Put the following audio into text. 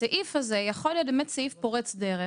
הסעיף הזה יכול להיות באמת סעיף פורץ דרך,